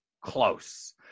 close